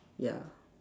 ya